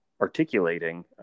articulating